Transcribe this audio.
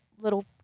little